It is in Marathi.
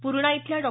पूर्णा इथल्या डॉ